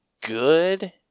good